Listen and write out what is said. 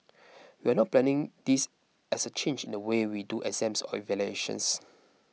we are not planning this as a change in the way we do exams or evaluations